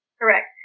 Correct